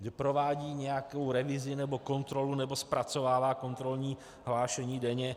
Že provádí nějakou revizi nebo kontrolu nebo zpracovává kontrolní hlášení denně.